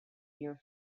year